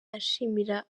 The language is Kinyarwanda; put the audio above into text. ashimira